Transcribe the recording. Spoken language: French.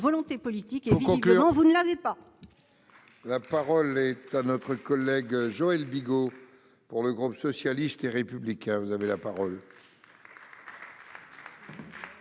volonté politique, mais visiblement, vous ne l'avez pas